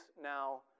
now